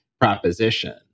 proposition